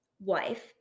wife